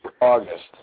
August